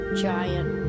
giant